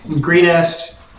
Greenest